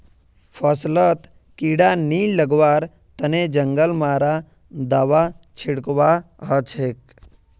फसलत कीड़ा नी लगवार तने जंगल मारा दाबा छिटवा हछेक